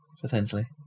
potentially